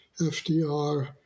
FDR